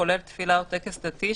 כולל תפילה או טקס דתי,